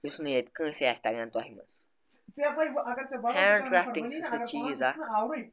یُس نہٕ ییٚتہِ کٲنٛسے آسہِ تَگان تۄہہِ منٛز ہینٛڈ کرٛافٹِنٛگ چھِ سُہ چیٖز اَکھ